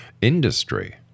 industry